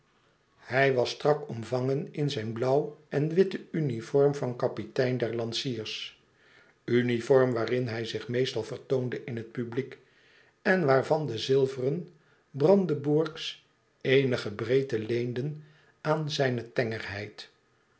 hij was strak omvangen in zijn blauw en witten uniform van kapitein der lanciers uniform waarin hij zich meestal vertoonde in het publiek en waarvan de zilveren brandebourgs eenige breedte leenden aan zijne tengerheid